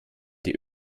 die